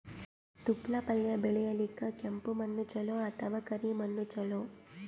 ತೊಪ್ಲಪಲ್ಯ ಬೆಳೆಯಲಿಕ ಕೆಂಪು ಮಣ್ಣು ಚಲೋ ಅಥವ ಕರಿ ಮಣ್ಣು ಚಲೋ?